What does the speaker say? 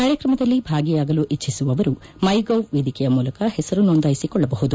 ಕಾರ್ಯಕ್ರಮದಲ್ಲಿ ಭಾಗಿಯಾಗಲು ಇಜ್ಜಸುವವರು ಮೈ ಗೌ ವೇದಿಕೆಯ ಮೂಲಕ ಹೆಸರು ನೋಂದಾಯಿಸಿಕೊಳ್ಳಬಹುದು